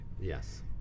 Yes